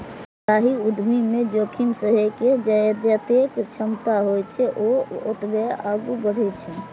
जाहि उद्यमी मे जोखिम सहै के जतेक क्षमता होइ छै, ओ ओतबे आगू बढ़ै छै